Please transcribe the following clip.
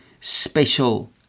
special